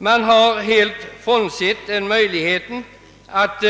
Man har helt bortsett från den möjligheten att